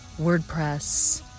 WordPress